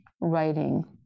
writing